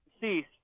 cease